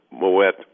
Moet